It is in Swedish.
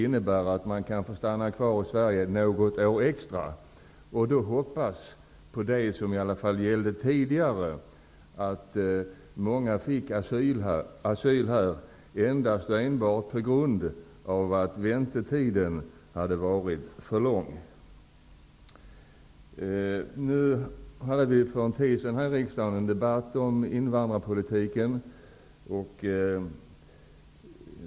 Därmed kan de få stanna kvar i Sverige något år extra och hoppas på det som gällde tidigare, dvs. att många fick asyl här endast på grund av de långa väntetiderna. För en tid sedan debatterade riksdagen invandrarpolitiken.